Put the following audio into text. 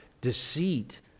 deceit